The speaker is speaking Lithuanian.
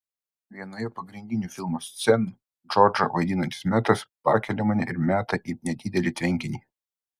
vienoje pagrindinių filmo scenų džordžą vaidinantis metas pakelia mane ir meta į nedidelį tvenkinį